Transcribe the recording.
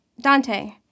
Dante